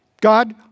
God